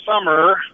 summer